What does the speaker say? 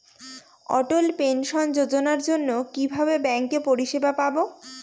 অটল pension যোজনার জন্য কিভাবে ব্যাঙ্কে পরিষেবা পাবো?